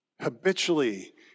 Habitually